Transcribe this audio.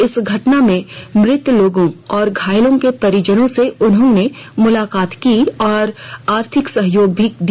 इस घटना में मृत लोग और घायलों के परिजनों से उन्होंने मुलाकात की और आर्थिक सहयोग भी किया